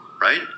right